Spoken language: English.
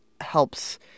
helps